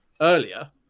earlier